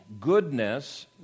goodness